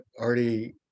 already